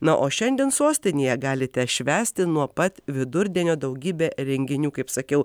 na o šiandien sostinėje galite švęsti nuo pat vidurdienio daugybė renginių kaip sakiau